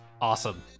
Awesome